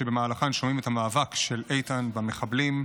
שבמהלכן שומעים את המאבק של איתן במחבלים,